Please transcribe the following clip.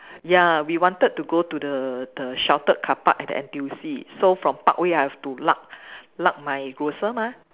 ya we wanted to go to the the sheltered car park at the N_T_U_C so from parkway I have to lug lug my grocer mah